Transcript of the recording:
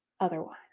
otherwise